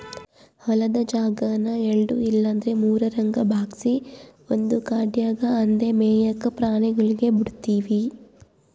ಹೊಲುದ್ ಜಾಗಾನ ಎಲ್ಡು ಇಲ್ಲಂದ್ರ ಮೂರುರಂಗ ಭಾಗ್ಸಿ ಒಂದು ಕಡ್ಯಾಗ್ ಅಂದೇ ಮೇಯಾಕ ಪ್ರಾಣಿಗುಳ್ಗೆ ಬುಡ್ತೀವಿ